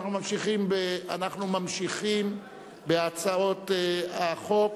אנחנו ממשיכים בהצעות החוק,